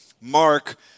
Mark